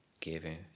giving